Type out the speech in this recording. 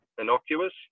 innocuous